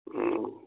ꯎꯝ